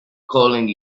calling